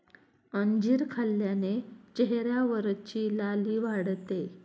अंजीर खाल्ल्याने चेहऱ्यावरची लाली वाढते